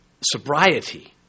sobriety